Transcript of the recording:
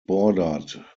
bordered